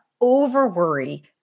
over-worry